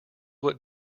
what